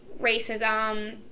racism